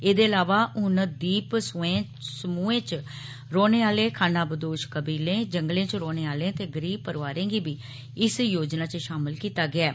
एहदे इलावा हंन द्वीप समूहें च रौहने आलें खानाबदोश कबीले जंगलें च रौहने आलें ते गरीब परोआरें गी बी इस योजना च शामल कीता गेया ऐ